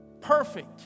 perfect